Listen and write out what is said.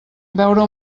veure